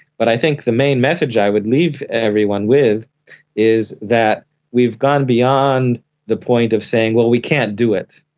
but i think the main message i would leave everyone with is that we've gone beyond the point of saying, well, we can't do it,